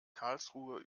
karlsruhe